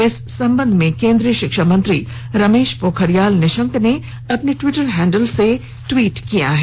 इस संबंध में केंद्रीय शिक्षा मंत्री रमेश पोखरियाल निशंक ने अपने ट्वीटर हैंडल से ट्वीट किया है